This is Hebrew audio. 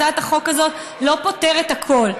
הצעת החוק הזאת לא פותרת הכול,